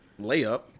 layup